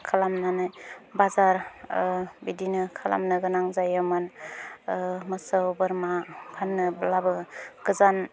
खालामनानै बाजार बिदिनो खालामनो गोनां जायोमोन मोसौ बोरमा फाननोब्लाबो गोजान